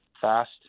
fast